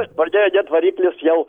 pradėjo net variklis jau